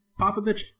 Popovich